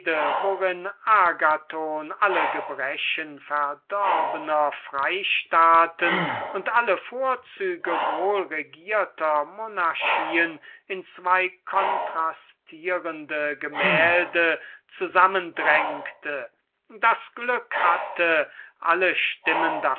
agathon alle gebrechen verdorbener freistaaten und alle vorzüge wohlregierter monarchien in zwei kontrastierende gemälde zusammendrängte das glück hatte alle stimmen